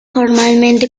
formalmente